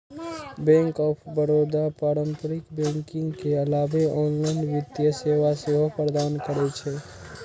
bank of Baroda पारंपरिक banking के अलावे ऑनलाइन वित्तीय सेवा सेहो प्रदान करै छै